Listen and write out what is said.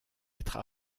être